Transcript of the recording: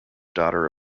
daughter